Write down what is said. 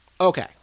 Okay